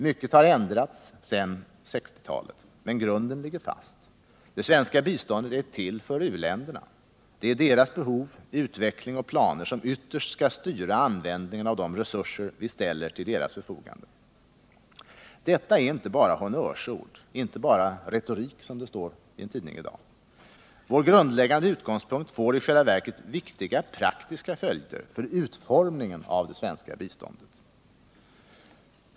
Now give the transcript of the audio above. Mycket har ändrats sedan 1960-talet, men grunden ligger fast. Det svenska biståndet är till för u-länderna. Det är deras behov, utveckling och planer som ytterst skall styra användningen av de resurser vi ställer till deras förfogande. Detta är inte bara honnörsord, inte bara retorik, som det står i en tidning i dag. Vår grundläggande utgångspunkt får i själva verket viktiga praktiska följder för utformningen av det svenska biståndet.